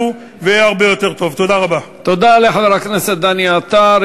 תודה לחבר הכנסת דני עטר.